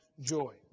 joy